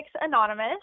Anonymous